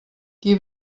qui